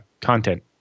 content